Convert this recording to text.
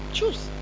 Choose